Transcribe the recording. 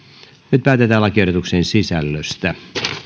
nyt päätetään lakiehdotuksen sisällöstä